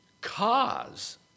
cause